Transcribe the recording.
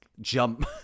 jump